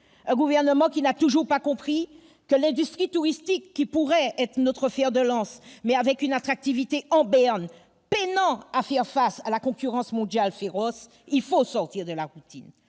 Un gouvernement qui n'a toujours pas compris qu'avec une industrie touristique qui pourrait être notre fer de lance, mais dont l'attractivité est en berne, et qui peine à faire face à la concurrence mondiale féroce, il faut sortir de la routine